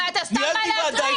אתה סתם בא להפריע.